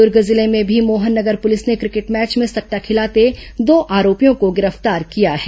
दुर्ग जिले में भी मोहन नगर पुलिस ने क्रिकेट मैच में सट्टा खिलाते दो आरोपियों को गिरफ्तार किया है